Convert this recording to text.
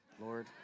Lord